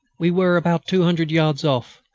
we were about two hundred yards off.